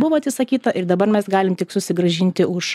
buvo atsisakyta ir dabar mes galim tik susigrąžinti už